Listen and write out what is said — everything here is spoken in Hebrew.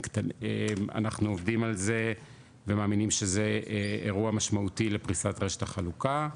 אנחנו עובדים על זה ומאמינים שזה אירוע משמעותי לפריסת רשת החלוקה,